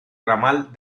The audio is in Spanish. ramal